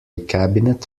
cabinet